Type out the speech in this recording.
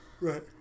Right